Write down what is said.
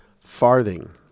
farthing